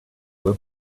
were